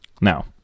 Now